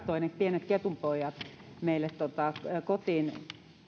toi ne pienet ketunpojat meille kotiin